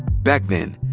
back then,